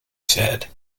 said